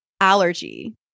allergy